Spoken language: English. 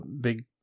big